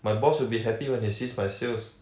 my boss will be happy when he sees my sales